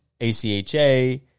ACHA